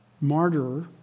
Martyr